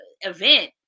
event